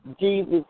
Jesus